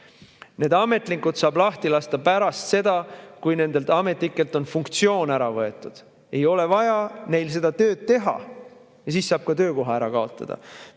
Need ametnikud saab lahti lasta pärast seda, kui nendelt ametnikelt on funktsioon ära võetud. Ei ole vaja neil seda tööd teha ja siis saab ka töökoha ära kaotada.